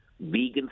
vegan